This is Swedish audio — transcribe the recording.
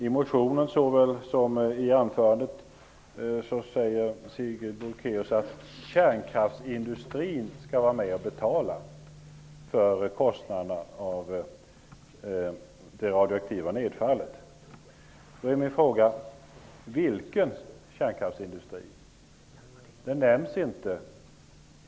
I motionen såväl som i anförandet säger Sigrid Bolkéus att kärnkraftsindustrin skall vara med och betala för kostnaderna av det radioaktiva nedfallet. Då är min fråga: Vilken kärnkraftsindustri? Det nämns inte.